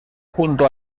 junto